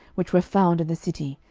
which were found in the city,